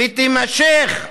והיא תימשך.